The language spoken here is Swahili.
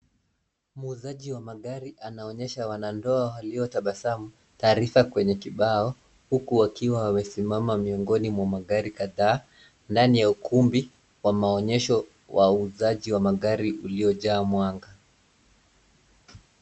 Muuzaji wa magari anaonyesha wanandoa waliotabasamu taarifa kwenye kibao huku wakiwa wamesimama miongoni mwa magari kadhaa ndani ya ukumbi wa maonyesho wa uuzaji wa magari uliojaa mwanga.